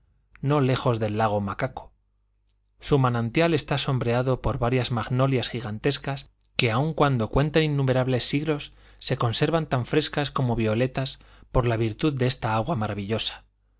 no lejos del lago macaco su manantial está sombreado por varias magnolias gigantescas que aun cuando cuentan innumerables siglos se conservan tan frescas como violetas por la virtud de esta agua maravillosa